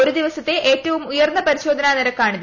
ഒരു ദിപ്പിസ്തെ ഏറ്റവും ഉയർന്ന പരിശോധനാ നിരക്കാണിത്